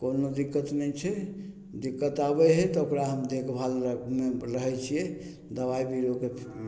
कोनो दिक्कत नहि छै दिक्कत आबय हइ तऽ ओकरा हम देखभालमे रहय छियै दबाइ बिरोक